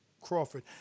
Crawford